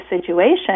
situation